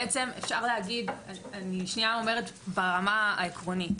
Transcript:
שנייה אומרת ברמה העקרונית: